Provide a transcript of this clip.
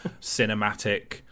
cinematic